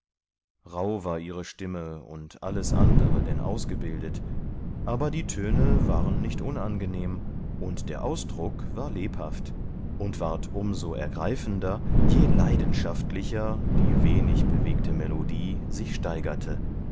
rauh war ihre stimme und alles andere denn ausgebildet aber die töne waren nicht unangenehm und der ausdruck war lebhaft und ward um so ergreifender je leidenschaftlicher die wenig bewegte melodie sich steigerte